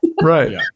right